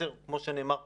כמו שנאמר פה: